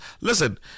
Listen